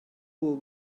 will